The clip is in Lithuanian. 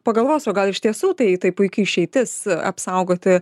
pagalvos o gal iš tiesų tai tai puiki išeitis apsaugoti